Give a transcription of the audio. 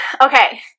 Okay